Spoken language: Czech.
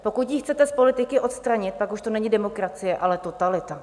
Pokud ji chcete z politiky odstranit, pak už to není demokracie, ale totalita!